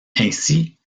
ainsi